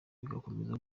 bikomeza